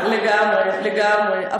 לגמרי, לגמרי, לגמרי.